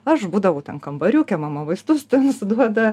aš būdavau ten kambariuke mama vaistus nusiduoda